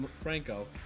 Franco